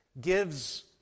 gives